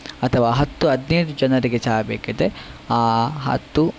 ಅಥವಾ ಹತ್ತು ಹದಿನೈದು ಜನರಿಗೆ ಚಹಾ ಬೇಕಿದ್ದರೆ ಹತ್ತು